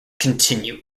continue